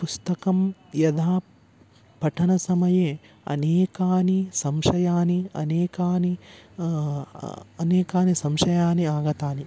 पुस्तकं यदा पठनसमये अनेकानि संशयानि अनेकानि अनेकानि संशयानि आगतानि